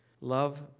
Love